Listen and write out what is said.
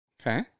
Okay